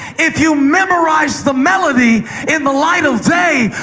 if you memorize the melody in the light of day,